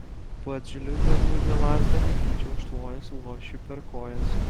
pats žliumbė gludžia lazda netyčia užtvojęs luošiui per kojas